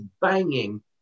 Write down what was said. banging